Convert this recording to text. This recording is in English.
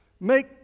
Make